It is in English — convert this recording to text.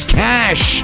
cash